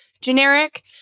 generic